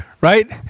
right